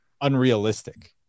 unrealistic